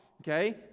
okay